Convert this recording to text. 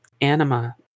Anima